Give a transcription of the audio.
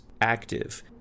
active